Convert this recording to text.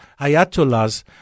ayatollahs